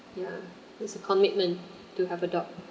ya it's a commitment to have a dog